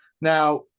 Now